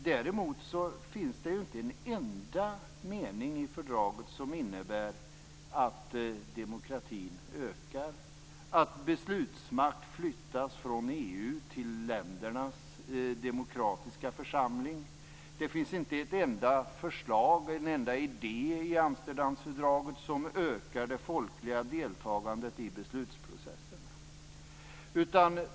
Däremot finns det inte en enda mening i fördraget som innebär att demokratin ökar eller att beslutsmakt flyttas från EU till ländernas demokratiska församlingar. Det finns inte ett enda förslag eller en enda idé i Amsterdamfördraget som ökar det folkliga deltagandet i beslutsprocessen.